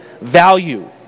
value